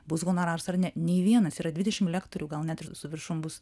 bus honoraras ar ne nei vienas yra dvidešimt lektorių gal net ir su viršum bus